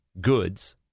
goods